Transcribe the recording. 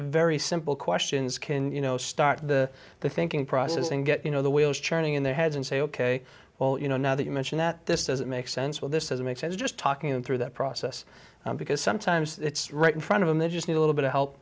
very simple questions can you know start the the thinking process and get you know the wheels churning in their heads and say ok well you know now that you mention that this doesn't make sense well this doesn't make sense just talking them through that process because sometimes it's right in front of them they just need a little bit of help